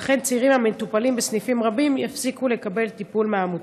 ולכן צעירים המטופלים בסניפים רבים יפסיקו לקבל טיפול מהעמותה.